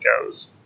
goes